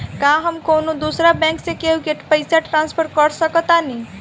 का हम कौनो दूसर बैंक से केहू के पैसा ट्रांसफर कर सकतानी?